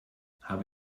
habe